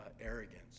arrogance